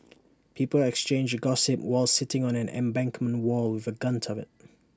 people exchanged gossip while sitting on an embankment wall with A gun turret